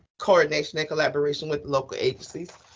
coordination and collaboration with local agencies,